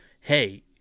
hey